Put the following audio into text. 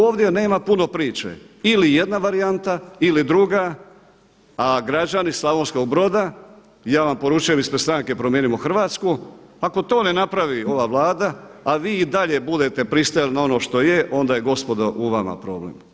Ovdje nema puno priče, ili jedna varijanta ili druga, a građani Slavonskog Broda, ja vam poručujem ispred stranke Promijenimo Hrvatsku, ako to ne napravi ova Vlada, a vi i dalje budete pristajali na ono što je onda je gospodo u vama problem.